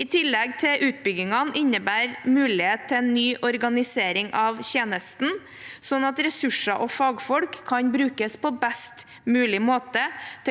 I tillegg vil utbyggingene innebære mulighet til en ny organisering av tjenesten, slik at ressurser og fagfolk kan brukes på best mulig måte, til glede